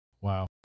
Wow